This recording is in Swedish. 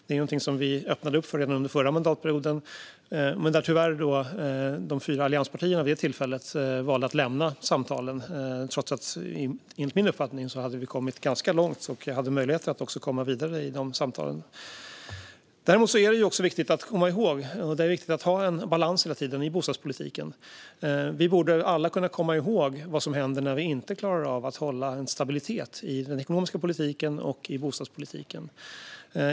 Det är någonting som vi öppnade upp för redan under den förra mandatperioden. De fyra allianspartierna valde vid det tillfället tyvärr att lämna samtalen trots att vi, enligt min uppfattning, hade kommit ganska långt och även hade möjlighet att komma vidare i de samtalen. Det är också viktigt att komma ihåg att hela tiden ha en balans i bostadspolitiken. Vi borde alla kunna komma ihåg vad som händer när vi inte klarar av att hålla en stabilitet i den ekonomiska politiken och i bostadspolitiken.